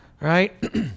right